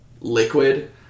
liquid